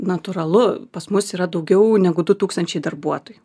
natūralu pas mus yra daugiau negu du tūkstančiai darbuotojų